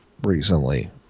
Recently